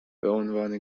بعنوان